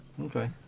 Okay